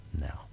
now